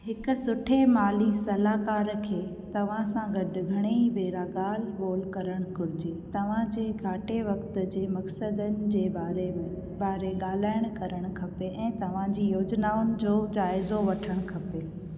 हिक सुठे माली सलाहकार खे तव्हां सां गडु॒ घणेई भेरा गा॒ल्हि बो॒ल करणु घुरिजे तव्हांजे घाटे वक़्त जे मक़्सदनि जे बारे में बारे गाल्हाइणु करणु खपे ऐं तव्हांजी योजनाउनि जो जाइज़ो वठणु खपे